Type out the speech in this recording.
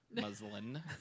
Muslin